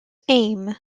aim